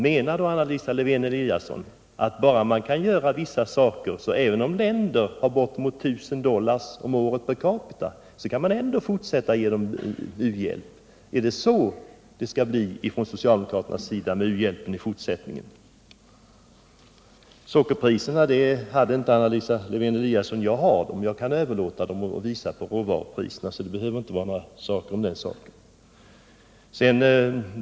Menar då Anna Lisa Lewén-Eliasson att vi skall fortsätta att ge u-hjälp till länder där inkomsten ligger vid bortåt 1000 dollar per capita? Är det så det skall bli från socialdemokraternas sida med u-hjälpen i fortsättningen? Sockerpriserna hade Anna Lisa Lewén-Eliasson inte tillgång till. Jag har dem, och jag kan visa på råsockerpriserna, som med undantag av ett par år varit någorlunda jämna, så det behöver inte råda någon tvekan på den punkten.